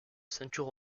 ceinture